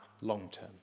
long-term